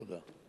תודה.